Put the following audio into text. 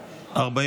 נגד.